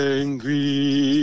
angry